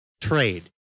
trade